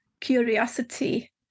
curiosity